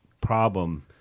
problem